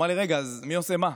רגע, אז מי עושה מה?